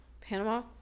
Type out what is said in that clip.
Panama